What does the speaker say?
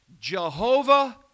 Jehovah